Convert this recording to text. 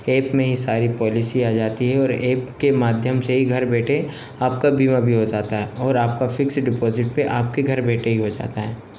app में ही सारी पॉलिसी आ जाती है और एप के माध्यम से ही घर बैठे आप का बीमा भी हो जाता है और आप का फ़िक्स डिपोज़िट पर आप के घर बैठे ही हो जाता है